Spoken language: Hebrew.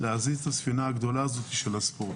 להזיז את הספינה הגדולה של הספורט.